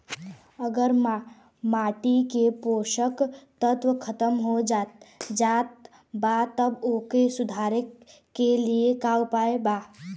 अगर माटी के पोषक तत्व खत्म हो जात बा त ओकरे सुधार के लिए का उपाय बा?